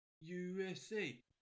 USA